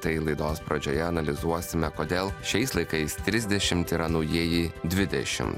tai laidos pradžioje analizuosime kodėl šiais laikais trisdešimt yra naujieji dvidešim